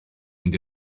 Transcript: mynd